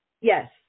Yes